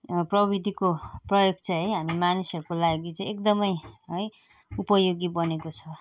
प्रविधिको प्रयोग चाहिँ है हामी मानिसहरूको लागि चाहिँ एकदम है उपयोगी बनेको छ